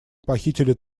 похитили